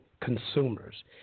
consumers